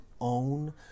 own